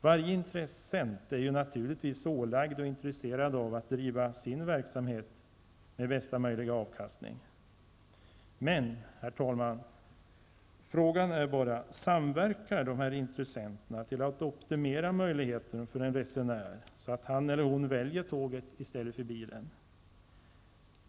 Varje intressent är naturligtvis ålagd och intresserad av att driva sin verksamhet med bästa möjliga avkastning. Herr talman! Frågan är bara om intressenterna samverkar till att optimera möjligheterna för en resenär så att han eller hon väljer tåget i stället för bilen.